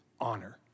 honor